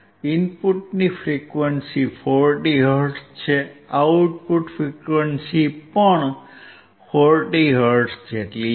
ઇનપુટની frequency 40 hertz છે output frequency પણ 40 હર્ટ્ઝ છે